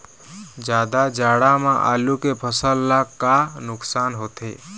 जादा जाड़ा म आलू के फसल ला का नुकसान होथे?